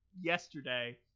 yesterday